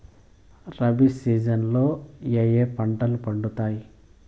rabi season లో ఏ ఏ పంటలు పండుతాయి